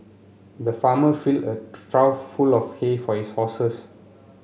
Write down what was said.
the farmer filled a trough full of hay for his horses